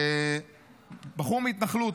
בחור מהתנחלות.